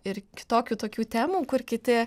ir kitokių tokių temų kur kiti